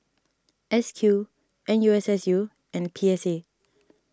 S Q N U S S U and P S A